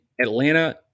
Atlanta